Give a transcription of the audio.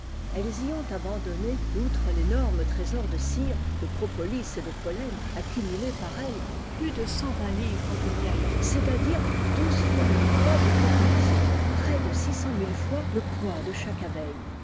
elles y ont abandonné outre ténorme trésor de cire de propolis et de pollen accumulé par elles plus de cent vingt livres de miel c'està-dire douze fois le poids du peuple entier près de six cent mille fois le poids de chaque abeille